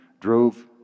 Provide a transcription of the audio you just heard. drove